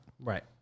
Right